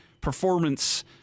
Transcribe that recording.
Performance